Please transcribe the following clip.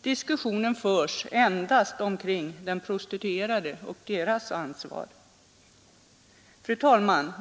Diskussionen förs endast omkring de prostituerade och deras ansvar. Fru talman!